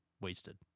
wasted